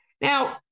now